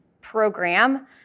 program